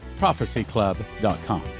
prophecyclub.com